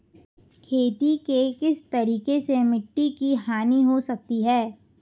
खेती के किस तरीके से मिट्टी की हानि हो सकती है?